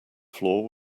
floor